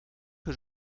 que